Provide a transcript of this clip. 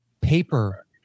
Paper